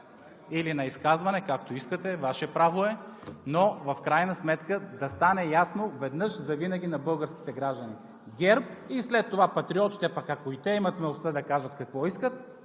…или на изказване, както искате, Ваше право е, но в крайна сметка да стане ясно веднъж завинаги на българските граждани. ГЕРБ и след това Патриотите, пък и те, ако имат смелостта да кажат какво искат,